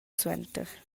suenter